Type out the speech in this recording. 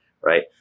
right